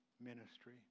ministry